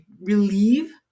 relieve